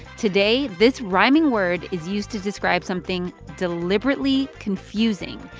today, this rhyming word is used to describe something deliberately confusing.